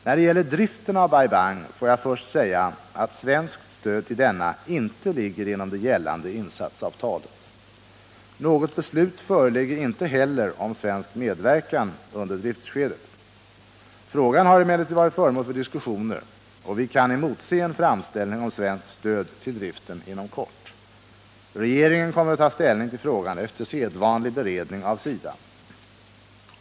När det gäller driften av Bai Bang får jag först säga att svenskt stöd till denna inte ligger inom det gällande insatsavtalet. Något beslut föreligger inte heller om svensk medverkan under driftskedet. Frågan har emellertid varit föremål för diskussioner, och vi kan emotse en framställning om svenskt stöd till driften inom kort. Regeringen kommer att ta ställning till frågan efter sedvanlig beredning av SIDA.